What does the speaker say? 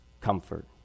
comfort